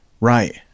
Right